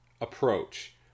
approach